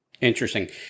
Interesting